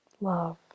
love